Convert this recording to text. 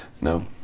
No